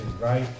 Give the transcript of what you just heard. right